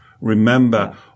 remember